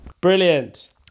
brilliant